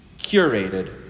curated